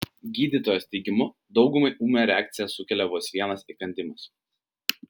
gydytojos teigimu daugumai ūmią reakciją sukelia vos vienas įkandimas